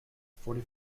forty